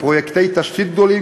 בפרויקטי תשתית גדולים,